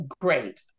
great